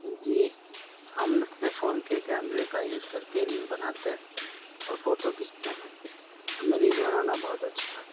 जी हम अपने फ़ोन के कैमरे का यूज़ करके रील बनाते हैं और फोटो खींचते हैं हमें रील बनाना बहुत अच्छा लगता है